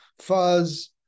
fuzz